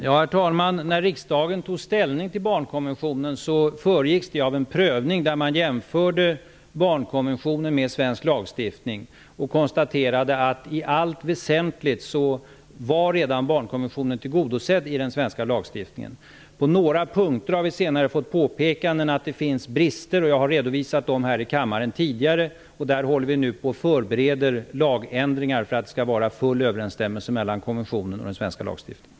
Herr talman! När riksdagen tog ställning till barnkonventionen föregicks det av en prövning där man jämförde barnkonventionen med svensk lagstiftning. Då konstaterades att barnkonventionen i allt väsentligt redan var tillgodosedd i svensk lag. Vi har senare fått påpekanden om att det finns brister på några punkter. Jag har redovisat dem här i kammaren tidigare. Vi håller nu på att förbereda lagändringar för att det skall råda full överensstämmelse mellan konventionen och den svenska lagstiftningen.